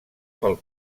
pel